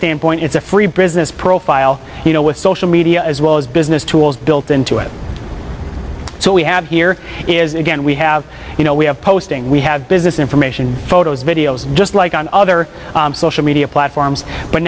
standpoint it's a free business profile you know with social media as well as business tools built into it so we have here is again we have you know we have posting we have business information photos videos just like on other social media platforms but